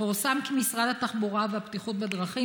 פורסם כי משרד התחבורה והבטיחות בדרכים